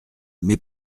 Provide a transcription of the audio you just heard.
mes